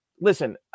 listen